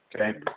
okay